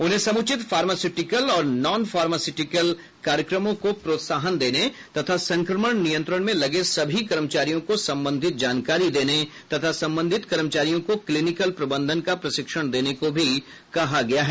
उन्हें समुचित फार्मास्युटिकल और नॉन फार्मास्युटिकल कार्यक्रमों को प्रोत्साहन देने तथा संक्रमण नियंत्रण में लगे सभी कर्मचारियों को संबंधित जानकारी देने तथा संबंधित कर्मचारियों को क्लीनिकल प्रबंधन का प्रशिक्षण देने को भी कहा गया है